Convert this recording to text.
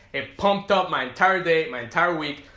it pumped up my entire day my entire week.